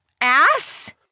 Ass